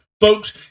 Folks